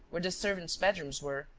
where the servants' bedrooms were,